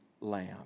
Lamb